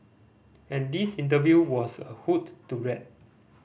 and this interview was a hoot to read